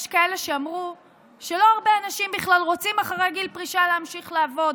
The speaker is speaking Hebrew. יש כאלה שאמרו שלא הרבה אנשים בכלל רוצים אחרי גיל פרישה להמשיך לעבוד,